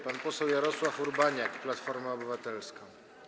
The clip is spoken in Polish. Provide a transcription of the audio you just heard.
Pan poseł Jarosław Urbaniak, Platforma Obywatelska.